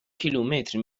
کیلومتر